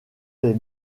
les